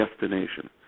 destination